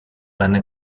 venne